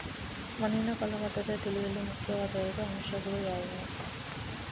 ಮಣ್ಣಿನ ಫಲವತ್ತತೆ ತಿಳಿಯಲು ಮುಖ್ಯವಾದ ಎರಡು ಅಂಶಗಳು ಯಾವುವು?